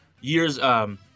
years –